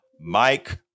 mike